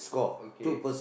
okay